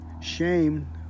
shame